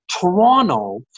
Toronto